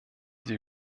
sie